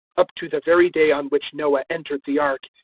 up to the very day on which noah entered the ark,